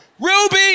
Ruby